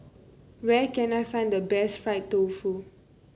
where can I find the best Fried Tofu